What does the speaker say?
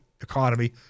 economy